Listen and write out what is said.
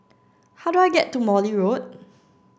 how do I get to Morley Road